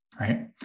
Right